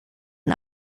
and